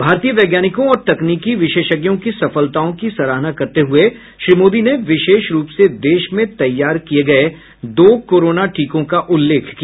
भारतीय वैज्ञानिकों और तकनीकी विशेषज्ञों की सफलताओं की सराहना करते हुए श्री मोदी ने विशेष रूप से देश में तैयार किये गये दो कोरोना टीकों का उल्लेख किया